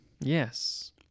Yes